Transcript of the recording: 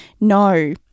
no